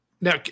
now